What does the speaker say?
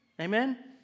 Amen